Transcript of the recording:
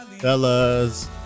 Fellas